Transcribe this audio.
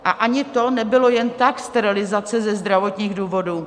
A ani to nebylo jen tak, sterilizace ze zdravotních důvodů.